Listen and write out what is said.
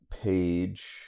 page